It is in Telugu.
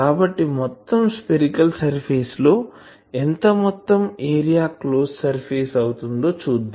కాబట్టి మొత్తం స్పెరికల్ సర్ఫేస్ లో ఎంత మొత్తం ఏరియా క్లోజ్ సర్ఫేస్ అవుతుందో చూద్దాం